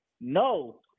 No